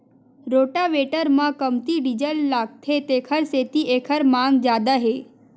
rotavator म कमती diesel लागथे तेखर सेती एखर मांग जादा हे